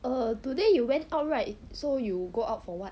err today you went out right so you go out for what